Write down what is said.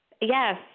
Yes